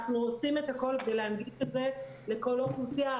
אנחנו עושים את הכול כדי להנגיש את זה לכל האוכלוסייה.